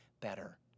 better